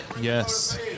Yes